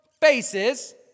faces